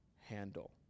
handle